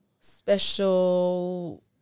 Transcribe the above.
special